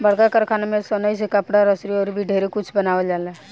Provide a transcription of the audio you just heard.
बड़का कारखाना में सनइ से कपड़ा, रसरी अउर भी ढेरे कुछ बनावेला